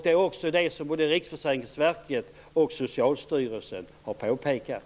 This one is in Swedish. Det är det som både Riksförsäkringsverket och Socialstyrelsen har påpekat.